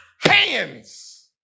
hands